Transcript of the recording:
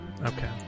Okay